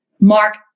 Mark